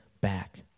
back